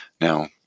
Now